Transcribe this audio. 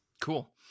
Cool